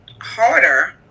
harder